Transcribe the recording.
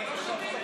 אבל לא שומעים טוב.